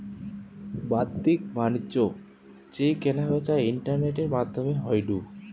বাদ্দিক বাণিজ্য যেই কেনা বেচা ইন্টারনেটের মাদ্ধমে হয়ঢু